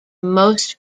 most